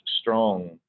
strong